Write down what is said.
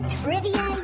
trivia